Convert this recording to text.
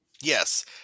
Yes